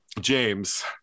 James